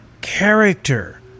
character